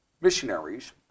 missionaries